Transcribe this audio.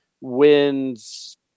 wins